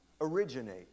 originate